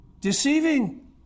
deceiving